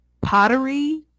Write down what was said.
Pottery